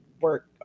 work